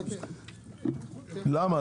למה?